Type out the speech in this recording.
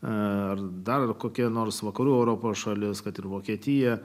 ar dar kokia nors vakarų europos šalis kad ir vokietiją